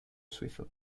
suizo